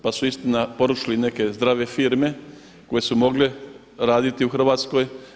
Pa su istina porušili neke zdrave firme koje su mogle raditi u Hrvatskoj.